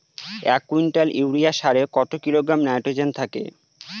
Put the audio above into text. এক quintal urea সারে কত কিলোগ্রাম নাইট্রোজেন থাকে?